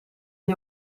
gli